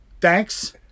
Thanks